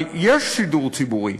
אבל יש שידור ציבורי,